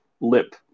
lip